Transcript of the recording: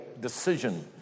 decision